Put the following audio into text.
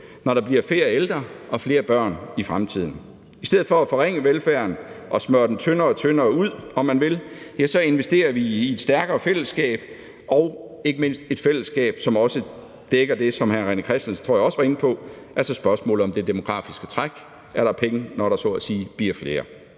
fremtiden bliver flere ældre og flere børn. I stedet for at forringe velfærden og smøre den tyndere og tyndere ud, om man vil, investerer vi i et stærkere fællesskab og ikke mindst i et fællesskab, som også dækker det, som jeg tror hr. René Christensen også var inde på, nemlig spørgsmålet om det demografiske træk: Er der penge, når der så at sige